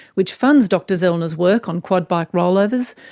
which funds dr zellner's work on quad bike rollovers,